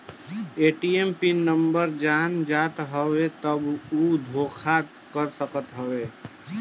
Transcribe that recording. ATM के PIN number जान जात हवे तब उ धोखा कर सकत हवे